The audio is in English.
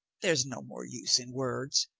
there's no more use in words.